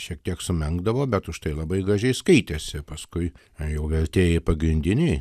šiek tiek sumenkdavo bet užtai labai gražiai skaitėsi paskui jau vertėjai pagrindinei